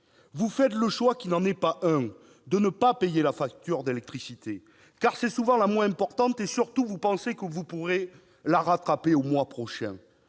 Vous faites le choix, qui n'en est pas un, de ne pas payer la facture d'électricité, car c'est souvent la moins importante et, surtout, vous pensez que vous pourrez la rattraper le mois suivant.